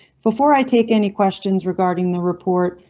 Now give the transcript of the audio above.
before i take any questions regarding the report,